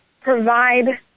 provide